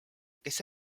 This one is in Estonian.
kes